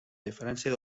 diferència